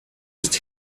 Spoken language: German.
ist